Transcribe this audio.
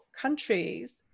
countries